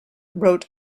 wrote